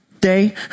day